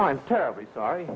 i'm terribly sorry